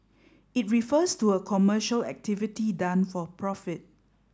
it refers to a commercial activity done for profit